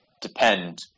depend